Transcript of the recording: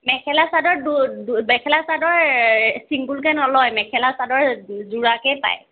মেখেলা চাদৰ মেখেলা চাদৰ চিংগলকৈ নলয় মেখেলা চাদৰ যোৰাকেই পায়